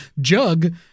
jug